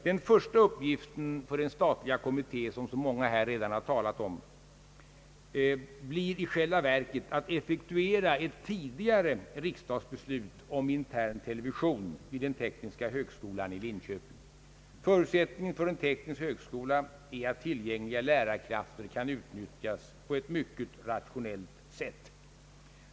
Den första uppgiften för den stailiga kommitté som så många redan har ta lat om här blir i själva verket att effektuera ett tidigare riksdagsbeslut om interntelevision vid den tekniska högskolan i Linköping. Förutsättningen för en teknisk högskola i Linköping är att tillgängliga lärarkrafter kan utnyttjas på ett mycket rationellt sätt.